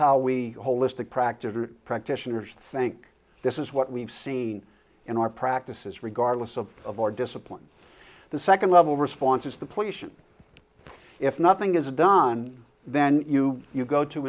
how we holistic practice practitioners think this is what we've seen in our practices regardless of of our disciplines the second level response is the placement if nothing is done then you you go to